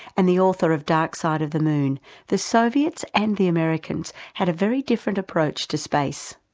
and the author of dark side of the moon the soviets and the americans had a very different approach to space.